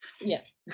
Yes